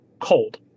cold